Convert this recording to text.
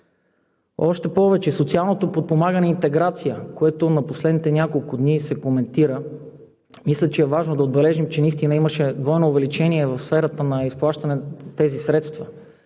Още повече – социалното подпомагане и интеграция, което в последните няколко дни се коментира, мисля, че е важно да отбележим, че наистина имаше двойно увеличение в сферата на изплащане на тези средства.